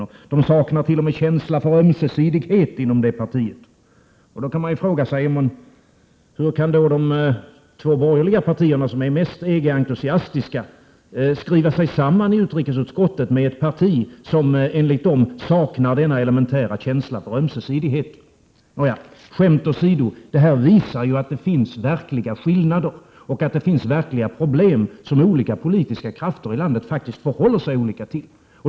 Man saknar t.o.m. känsla för ömsesidighet inom detta parti. Då kan man fråga sig hur de två borgerliga partierna som är mest EG-entusiastiska kan skriva sig samman i utrikesutskottet med ett parti som enligt dem saknar denna elementära känsla för ömsesidighet. Nåja, skämt åsido. Detta visar att det finns verkliga skillnader och att det finns verkliga problem som olika politiska krafter i landet faktiskt förhåller sig olika till.